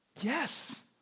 Yes